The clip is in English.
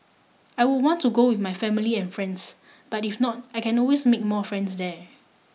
I would want to go with my family and friends but if not I can always make more friends there